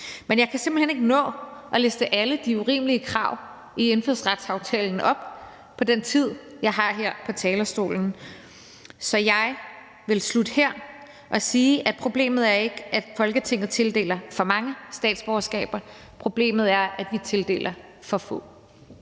men jeg kan simpelt hen ikke nå at liste alle de urimelige krav i indfødsretsaftalen op på den tid, jeg har her på talerstolen, så jeg vil slutte her og sige, at problemet ikke er, at Folketinget tildeler for mange statsborgerskaber, problemet er, at vi tildeler for få.